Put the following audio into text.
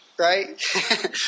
right